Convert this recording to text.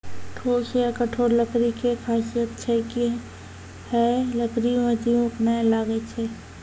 ठोस या कठोर लकड़ी के खासियत छै कि है लकड़ी मॅ दीमक नाय लागैय छै